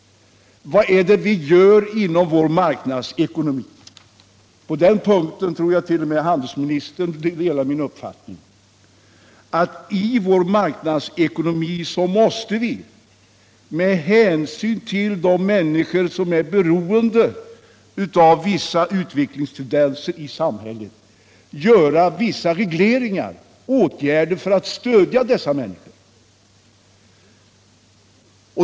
Vad är det vi gör inom vår marknadsekonomi? På den punkten tror jag t.o.m. handelsministern delar min uppfattning när jag säger att i vår marknadsekonomi måste vi, med hänsyn till de människor som är beroende av vissa utvecklingstendenser i samhället, göra vissa regleringar och vidta åtgärder för att stödja dessa människor.